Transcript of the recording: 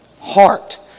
heart